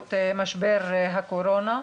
בעקבות משבר הקורונה.